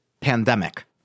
Pandemic